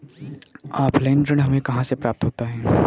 Offline ऋण हमें कहां से प्राप्त होता है?